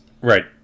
Right